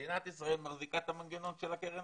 מדינת ישראל מחזיקה את המנגנון של הקרן